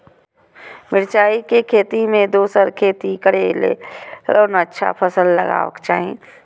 मिरचाई के खेती मे दोसर खेती करे क लेल कोन अच्छा फसल लगवाक चाहिँ?